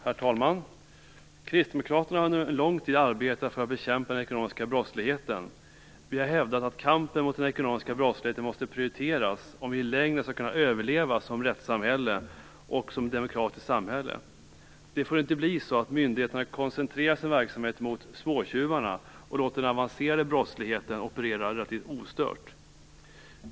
Herr talman! Kristdemokraterna har under en lång tid arbetat för att bekämpa den ekonomiska brottsligheten. Vi har hävdat att kampen mot den ekonomiska brottsligheten måste prioriteras om vi i längden skall kunna överleva som rättssamhälle och som ett demokratiskt samhälle. Det får inte bli så att myndigheterna koncentrerar sin verksamhet mot "småtjuvarna" och låter den avancerade brottsligheten operera relativt ostört.